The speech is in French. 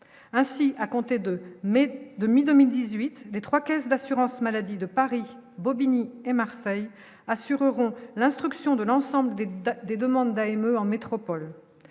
ainsi à compter de mai 2000 2018, les 3 caisses d'assurance maladie de Paris, Bobigny et Marseille assureront l'instruction de l'ensemble des demandes des demandes d'AME en métropole